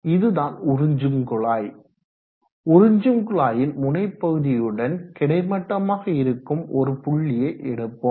இதுதான் உறிஞ்சும் குழாய் உறிஞ்சும் குழாயின் முனைப்பகுதியுடன் கிடைமட்டமாக இருக்கும் ஒரு புள்ளியை எடுப்போம்